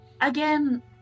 Again